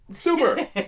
super